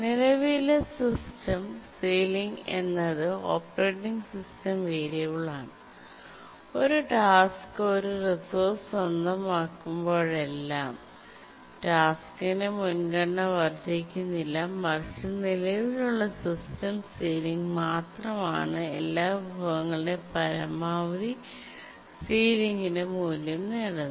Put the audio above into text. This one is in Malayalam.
നിലവിലെ സിസ്റ്റം സീലിംഗ് എന്നത് ഓപ്പറേറ്റിംഗ് സിസ്റ്റം വേരിയബിളാണ് ഒരു ടാസ്ക് ഒരു റിസോസ്വന്തമാക്കുമ്പോഴെല്ലാം ടാസ്കിന്റെ മുൻഗണന വർദ്ധിക്കുന്നില്ല മറിച്ച് നിലവിലുള്ള സിസ്റ്റം സീലിംഗ് മാത്രമാണ് എല്ലാ വിഭവങ്ങളുടെയും പരമാവധി സീലിംഗിന്റെ മൂല്യം നേടുന്നത്